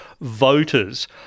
voters